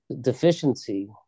deficiency